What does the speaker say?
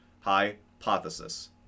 hypothesis